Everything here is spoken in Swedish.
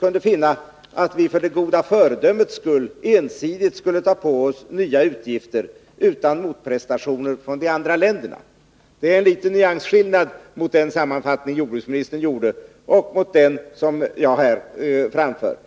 kunnat finna att vi för det goda föredömets skull ensidigt skulle behöva ta på oss nya utgifter, utan motprestationer från de andra länderna. Det är en liten nyansskillnad mellan den sammanfattning som jordbruksministern gjorde och den uppfattning som jag framförde.